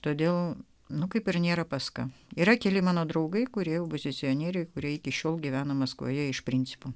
todėl nu kaip ir nėra pas ką yra keli mano draugai kurie opozicionieriai kurie iki šiol gyvena maskvoje iš principo